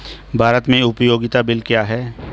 भारत में उपयोगिता बिल क्या हैं?